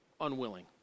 Unwilling